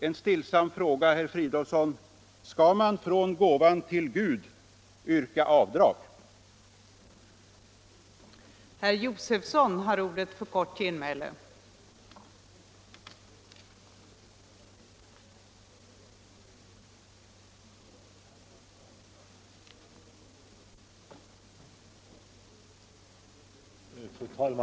En stillsam fråga, herr Fridolfsson: Skall man yrka avdrag för en gåva till Gud?